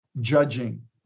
judging